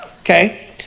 Okay